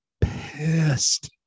pissed